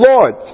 Lord